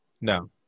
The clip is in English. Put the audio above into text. No